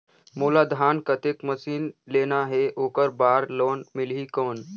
मोला धान कतेक मशीन लेना हे ओकर बार लोन मिलही कौन?